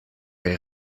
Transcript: est